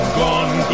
gone